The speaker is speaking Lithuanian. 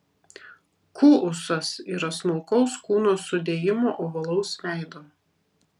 kuusas yra smulkaus kūno sudėjimo ovalaus veido